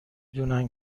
دونن